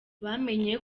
bamenye